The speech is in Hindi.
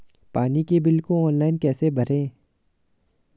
पानी के बिल को ऑनलाइन कैसे भरें?